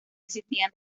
existían